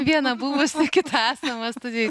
vieną buvusį kitą esamą studijoj